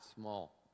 small